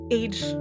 age